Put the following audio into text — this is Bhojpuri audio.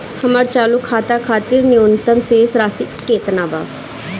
हमर चालू खाता खातिर न्यूनतम शेष राशि केतना बा?